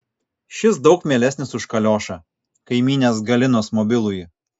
šis daug mielesnis už kaliošą kaimynės galinos mobilųjį